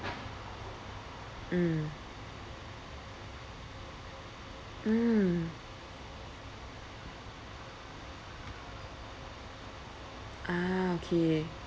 mm mmhmm a'ah okay